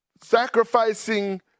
sacrificing